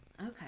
Okay